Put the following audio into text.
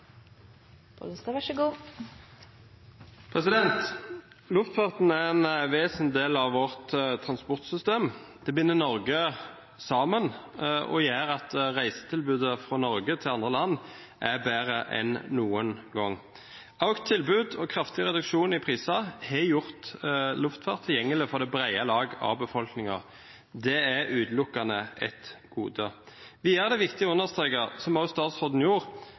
en vesentlig del av vårt transportsystem. Det binder Norge sammen og gjør at reisetilbudet fra Norge til andre land er bedre enn noen gang. Økt tilbud og kraftig reduksjon i priser har gjort luftfart tilgjengelig for det brede lag av befolkningen. Det er utelukkende et gode. Videre er det viktig å understreke, som også statsråden gjorde,